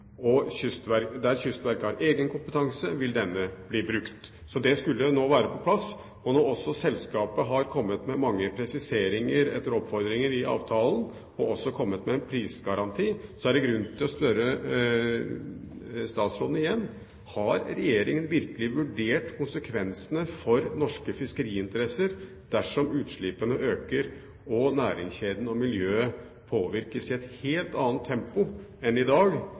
der Kystverket har egen kompetanse, vil denne bli brukt. Så det skulle nå være på plass. Og når også selskapet har kommet med mange presiseringer, etter oppfordringer, i avtalen, og har kommet med en prisgaranti, er det grunn til å spørre statsråden igjen: Har regjeringen virkelig vurdert konsekvensene for norske fiskeriinteresser dersom utslippene øker og næringskjeden og miljøet påvirkes i et helt annet tempo enn i dag,